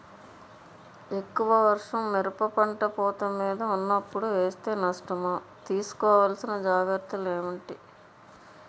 ఎక్కువ వర్షం మిరప పంట పూత మీద వున్నపుడు వేస్తే నష్టమా? తీస్కో వలసిన జాగ్రత్తలు ఏంటి?